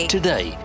today